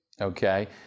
Okay